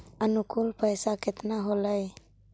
अनुकुल पैसा केतना होलय